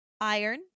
iron